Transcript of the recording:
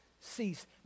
cease